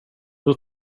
hur